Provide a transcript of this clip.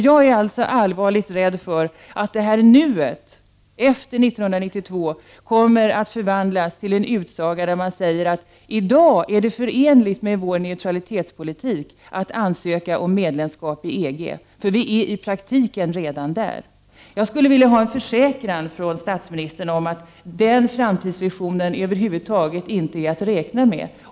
Jag är allvarligt rädd för att man efter 1992 kommer att få en annan inställning och säga att det nu är förenligt med vår neutralitetspolitik att ansöka om medlemskap i EG, eftersom vi i praktiken redan är där. Jag skulle vilja ha en försäkran från statsministern om att den framtidsvisionen över huvud taget inte är att räkna med.